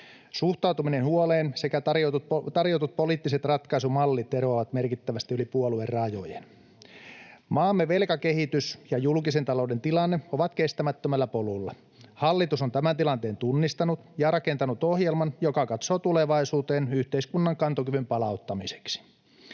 Suhtautuminen huoleen sekä tarjotut poliittiset ratkaisumallit eroavat merkittävästi yli puoluerajojen. Maamme velkakehitys ja julkisen talouden tilanne ovat kestämättömällä polulla. Hallitus on tämän tilanteen tunnistanut ja rakentanut ohjelman, joka katsoo tulevaisuuteen yhteiskunnan kantokyvyn palauttamiseksi.